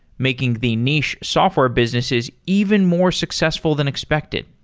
making the niche software businesses even more successful than expected.